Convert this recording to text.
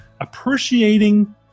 appreciating